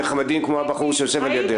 נחמדים כמו הבחור שיושב לידך.